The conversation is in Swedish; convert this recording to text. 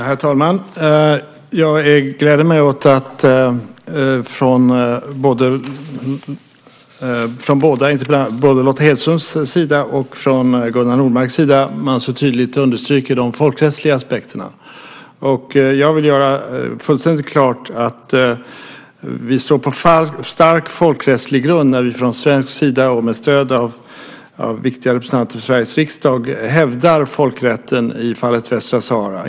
Herr talman! Jag gläder mig åt att både Lotta Hedström och Gunnar Nordmark så tydligt understryker de folkrättsliga aspekterna. Jag vill göra fullständigt klart att vi står på stark folkrättslig grund när vi från svensk sida, med stöd av viktiga representanter för Sveriges riksdag, hävdar folkrätten i fallet Västsahara.